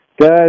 Guys